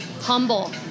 Humble